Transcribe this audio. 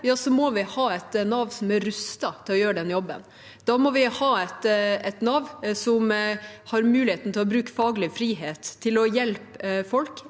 det, må vi ha et Nav som er rustet til å gjøre den jobben. Da må vi ha et Nav som har mulighet til å bruke faglig frihet til å hjelpe folk,